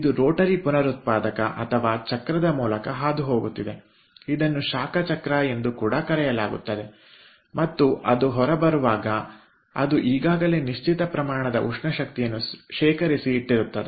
ಇದು ರೋಟರಿ ಪುನರುತ್ಪಾದಕ ಅಥವಾ ಚಕ್ರದ ಮೂಲಕ ಹಾದುಹೋಗುತ್ತಿದೆ ಇದನ್ನು ಶಾಖ ಚಕ್ರ ಎಂದು ಕೂಡ ಕರೆಯಲಾಗುತ್ತದೆ ಮತ್ತು ಅದು ಹೊರಬರುವಾಗ ಅದು ಈಗಾಗಲೇ ನಿಶ್ಚಿತ ಪ್ರಮಾಣದ ಉಷ್ಣ ಶಕ್ತಿಯನ್ನು ಶೇಖರಿಸಿ ಇಟ್ಟಿರುತ್ತದೆ